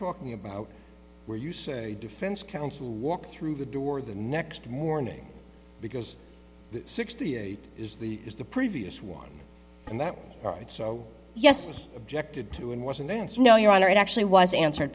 talking about where you say defense counsel walked through the door the next morning because sixty eight is the is the previous one and that right so yes objected to and was announced no your honor it actually was answered